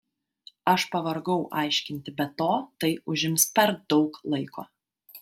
aš pavargau aiškinti be to tai užims per daug laiko